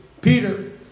Peter